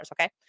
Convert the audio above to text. Okay